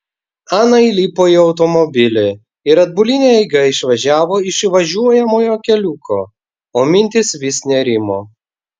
ana įlipo į automobilį ir atbuline eiga išvažiavo iš įvažiuojamojo keliuko o mintys vis nerimo